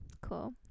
cool